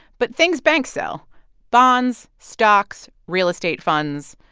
but things bank sell bonds, stocks, real estate funds.